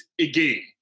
again